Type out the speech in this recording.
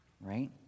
right